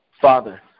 Father